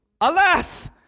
Alas